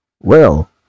Well